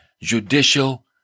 judicial